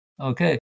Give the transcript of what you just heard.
Okay